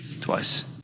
twice